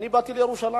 אני באתי לירושלים.